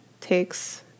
takes